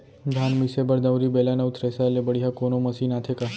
धान मिसे बर दंवरि, बेलन अऊ थ्रेसर ले बढ़िया कोनो मशीन आथे का?